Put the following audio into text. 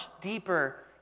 deeper